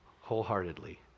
wholeheartedly